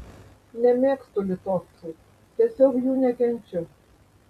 nemėgstu litovcų tiesiog jų nekenčiu